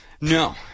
No